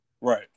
Right